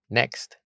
next